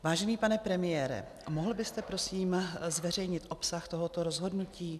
Vážený pane premiére, mohl byste prosím zveřejnit obsah tohoto rozhodnutí?